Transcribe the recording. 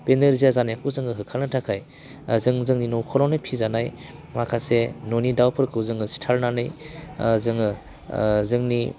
बे नोरजिया जानायखौ जोङो होखारनो थाखाय जों जोंनि न'खरावनो फिसिजानाय माखासे न'नि दाउफोरखौ जोङो सिथारनानै जोङो जोंनि